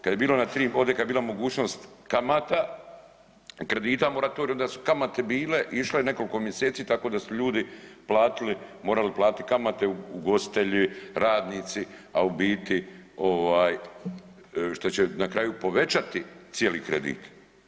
Kad je bilo ona tri ovdje kad je bila mogućnost kamata kredita moratorij onda su kamate bile išle nekoliko mjeseci tako da su ljudi platili, morali platiti kamate ugostitelji, radnici, a u biti ovaj što će na kraju povećati cijeli kredit.